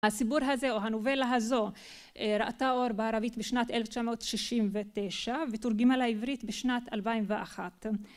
הסיפור הזה או הנובלה הזו ראתה אור בערבית בשנת אלף תשע מאות שישים ותשע ותורגמה לעברית בשנת אלפיים ואחת